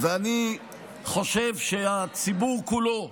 אני חושב שהציבור כולו,